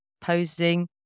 posing